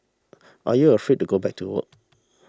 are you afraid to go back to work